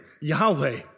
Yahweh